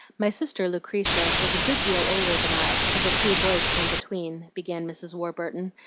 my sister lucretia was a good deal older than i, for the three boys came between, began mrs. warburton,